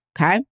okay